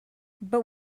but